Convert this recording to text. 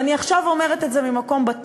ואני עכשיו אומרת את זה ממקום בטוח,